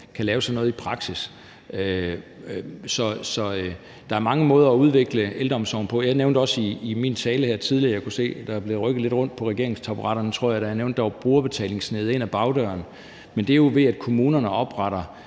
kan lave sådan noget i praksis. Så der er mange måder at udvikle ældreomsorgen på. Jeg nævnte også i min tale her tidligere, at jeg kunne se, at der blev rykket lidt på regeringstaburetterne, tror jeg, da jeg nævnte, at der havde sneget sig brugerbetaling ind ad bagdøren. Men det sker jo ved, at kommunerne opretter